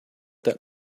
that